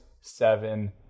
seven